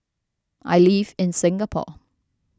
I live in Singapore